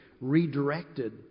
redirected